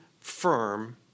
firm